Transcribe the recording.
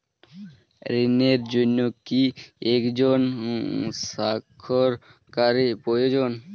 ঋণের জন্য কি একজন স্বাক্ষরকারী প্রয়োজন?